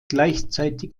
gleichzeitig